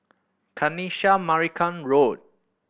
Kanisha Marican Road